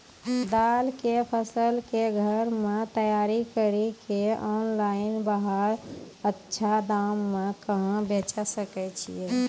दाल के फसल के घर मे तैयार कड़ी के ऑनलाइन बाहर अच्छा दाम मे कहाँ बेचे सकय छियै?